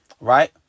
right